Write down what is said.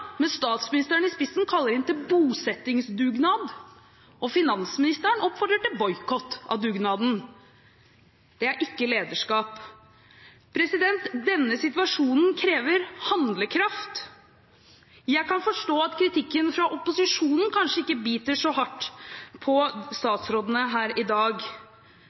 statsministeren i spissen, kaller inn til bosettingsdugnad, og finansministeren oppfordrer til boikott av dugnaden. Det er ikke lederskap. Denne situasjonen krever handlekraft. Jeg kan forstå at kritikken fra opposisjonen kanskje ikke biter så hardt på statsrådene her i dag,